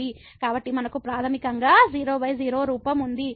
కాబట్టి మనకు ప్రాథమికంగా 00 రూపం ఉంది